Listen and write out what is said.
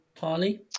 harley